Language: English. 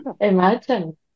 Imagine